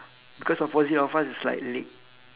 because opposite of us is like lake